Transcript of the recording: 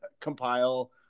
compile